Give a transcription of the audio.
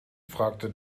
fragte